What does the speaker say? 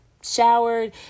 showered